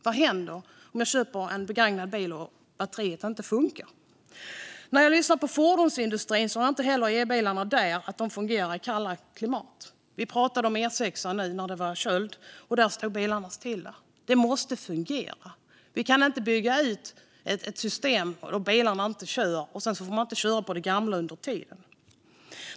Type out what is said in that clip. Vad händer om jag köper en begagnad bil och batteriet inte funkar? När jag lyssnar på fordonsindustrin hör jag att elbilarna ännu inte heller är i en fas där de fungerar i det kalla klimatet. Vi pratade om E6:an nu när det var köld och bilarna stod stilla. Det måste fungera! Vi kan inte bygga ut ett system där bilarna inte fungerar och man inte får köra på de gamla drivmedlen under tiden.